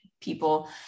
people